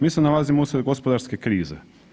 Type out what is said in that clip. Mi se nalazimo usred gospodarske krize.